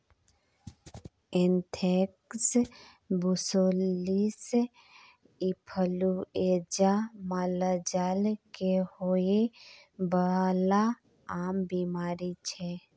anthrax, brucellosis influenza मालजाल केँ होइ बला आम बीमारी छै